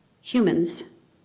humans